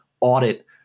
audit